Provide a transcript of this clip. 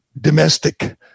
domestic